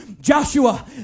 Joshua